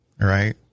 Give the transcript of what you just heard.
Right